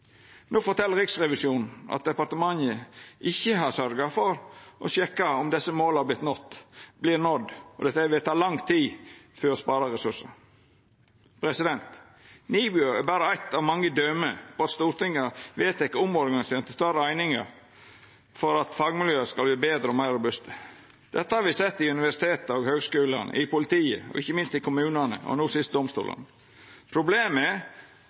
No fortel Riksrevisjonen at departementet ikkje har sørgt for å sjekka om desse måla vert nådde, og det vil ta lang tid å spara ressursar. NIBIO er berre eitt av mange døme på at Stortinget har vedteke omorganisering til større einingar for at fagmiljøa skal verta betre og meir robuste. Dette har me sett i universiteta og høgskulane, i politiet, ikkje minst i kommunane og no sist i domstolane. Problemet er